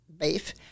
beef